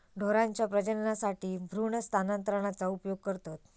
ढोरांच्या प्रजननासाठी भ्रूण स्थानांतरणाचा उपयोग करतत